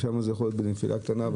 ושם זה יכול להיות בנפילה קטנה,